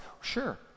sure